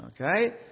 okay